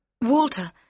walter